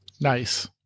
Nice